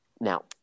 Now